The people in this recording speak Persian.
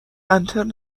انترن